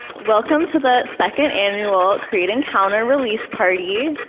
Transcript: welcome to the second annual create encounter release party.